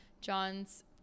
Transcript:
John's